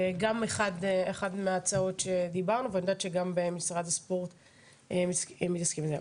זה גם אחת מההצעות שדיברנו ואני יודעת שגם במשרד הספורט מתעסקים בזה.